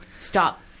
stop